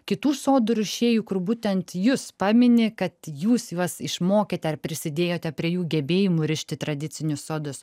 kitų sodų rišėjų kur būtent jus pamini kad jūs juos išmokėte ar prisidėjote prie jų gebėjimų rišti tradicinius sodus